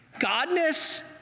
Godness